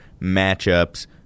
matchups